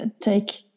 take